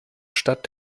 stadt